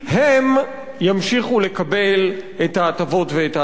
הם ימשיכו לקבל את ההטבות ואת ההנחות.